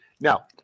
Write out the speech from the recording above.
Now